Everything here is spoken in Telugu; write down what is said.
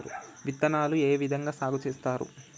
విత్తనాలు ఏ విధంగా సాగు చేస్తారు?